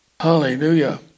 Hallelujah